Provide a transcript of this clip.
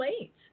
late